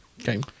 Okay